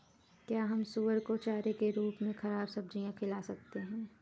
क्या हम सुअर को चारे के रूप में ख़राब सब्जियां खिला सकते हैं?